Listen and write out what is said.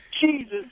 Jesus